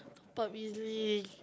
top up E_Z-link